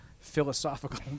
philosophical